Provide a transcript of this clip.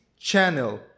channel